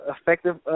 effective